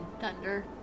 thunder